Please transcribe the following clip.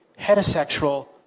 heterosexual